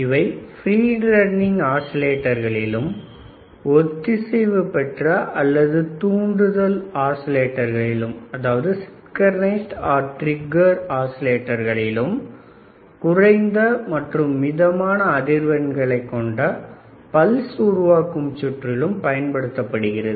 இவை free running ஆஸிலேட்டர்களிலும் ஒத்திசைவு பெற்ற அல்லது தூண்டுதல் ஆஸிலேட்டர்களிலும் குறைந்த மற்றும் மிதமான அதிர்வெண்களை கொண்ட பல்ஸ் உருவாக்கும் சுற்றிலும் பயன்படுத்தப்படுகிறது